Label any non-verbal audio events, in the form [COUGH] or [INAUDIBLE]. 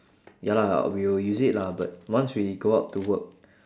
ya lah we will use it lah but once we go out to work [BREATH]